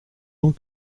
ans